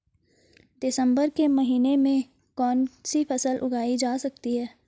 दिसम्बर के महीने में कौन सी फसल उगाई जा सकती है?